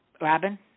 Robin